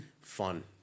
fun